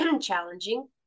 challenging